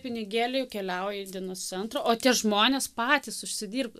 pinigėliai keliauja į dienos centrą o tie žmonės patys užsidirba